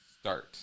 Start